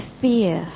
fear